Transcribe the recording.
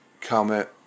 comment